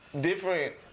different